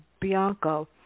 Bianco